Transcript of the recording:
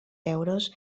euros